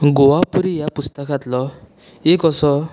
गोवापूरी ह्या पुस्तकांतलो एक असो